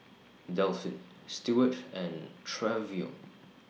Delphin Steward and Trevion